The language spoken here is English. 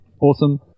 Awesome